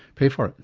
pay for it.